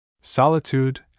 Solitude